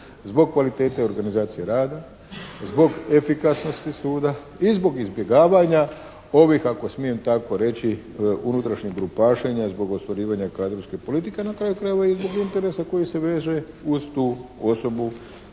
zbog kvalitete organizacije rada, zbog efikasnosti suda i zbog izbjegavanja ovih ako smijem tako reći, unutrašnjih grupašenja zbog ostvarivanja kadrovske politike, na kraju krajeva i zbog interesa koji se veže uz tu osobu.